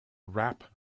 rap